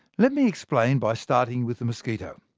let me explain by starting with the mosquito.